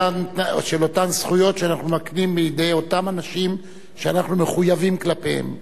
באותן זכויות שאנחנו מקנים לידי אותם אנשים שאנחנו מחויבים כלפיהם.